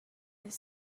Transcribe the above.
this